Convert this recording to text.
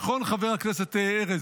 נכון, חבר הכנסת ארז?